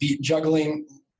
juggling